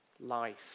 life